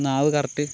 നാവ് കറക്ട്